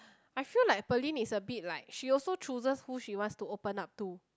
I feel like Pearlyn is a bit like she also chooses who she wants to open up to